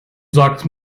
sagt